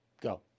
Go